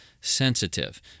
sensitive